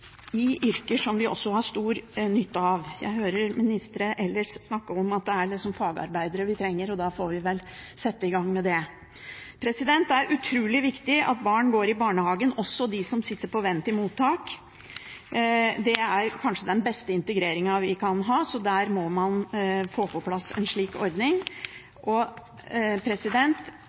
yrker som vi også har stor nytte av. Jeg hører ministre ellers snakke om at det liksom er fagarbeidere vi trenger, og da får vi sette i gang med det. Det er utrolig viktig at barn går i barnehagen, også de som sitter på vent i mottak. Det er kanskje den beste integreringen vi kan ha, så der må man få på plass en slik ordning. Man må også få inn etablererutdanning i introduksjonsordningen på en sterkere måte og